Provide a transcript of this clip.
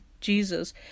Jesus